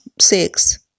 six